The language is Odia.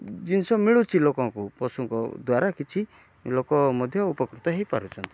ଜିନିଷ ମିଳୁଛି ଲୋକଙ୍କୁ ପଶୁଙ୍କ ଦ୍ୱାରା କିଛି ଲୋକ ମଧ୍ୟ ଉପକୃତ ହେଇ ପାରୁଛନ୍ତି